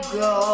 go